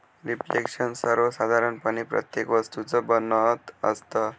reflection सर्वसाधारणपणे प्रत्येक वस्तूचं बनत असतं